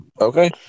Okay